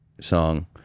song